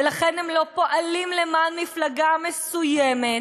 ולכן הם לא פועלים למען מפלגה מסוימת,